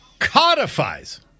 codifies